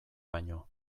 baino